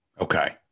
Okay